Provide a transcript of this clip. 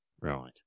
Right